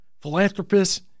philanthropist